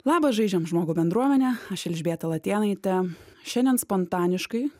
labas žaidžiam žmogų bendruomene aš elžbieta latėnaitė šiandien spontaniškai